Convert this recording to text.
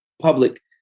public